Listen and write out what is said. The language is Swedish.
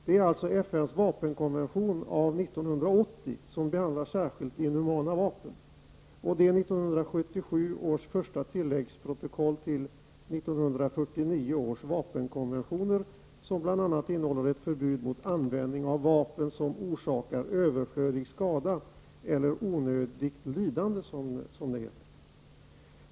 Det är alltså FNs vapenkonvention av 1980 som särskilt behandlar inhumana vapen och 1977 års första tilläggsprotokoll till 1949 års vapenkonventioner som bl.a. innehåller förbud mot användning av vapen som orsakar överflödig skada eller onödigt lidande som det heter.